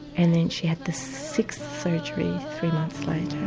and then she had the sixth surgery three